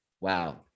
wow